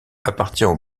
appartient